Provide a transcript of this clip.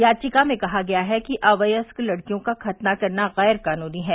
याचिका में कहा गया है कि अवयस्क लड़कियों का खतना करना गैरकानूनी है